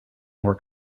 more